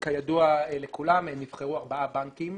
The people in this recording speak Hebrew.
כידוע לכולם נבחרו ארבעה בנקים.